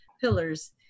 pillars